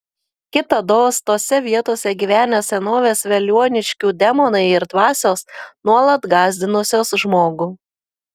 kitados tose vietose gyvenę senovės veliuoniškių demonai ir dvasios nuolat gąsdinusios žmogų